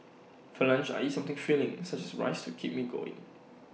for lunch I eat something filling such as rice to keep me going